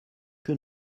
que